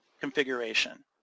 configuration